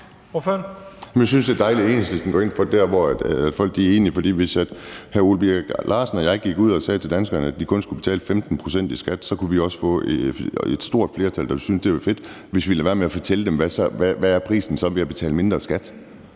Jeg synes, det er dejligt, at Enhedslisten går ind for de ting, som folk er enige om. Hvis hr. Ole Birk Olesen og jeg gik ud og sagde til danskerne, at de kun skulle betale 15 pct. i skat, så kunne vi også få et stort flertal, der ville synes, at det ville være fedt, hvis vi lod være med at fortælle dem, hvad prisen så er ved at betale mindre i skat.